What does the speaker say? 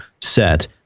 set